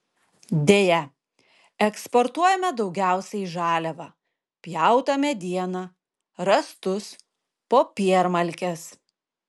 deja eksportuojame daugiausiai žaliavą pjautą medieną rąstus popiermalkes